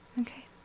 okay